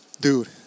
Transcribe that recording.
Dude